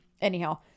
Anyhow